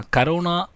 Corona